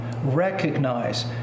Recognize